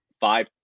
five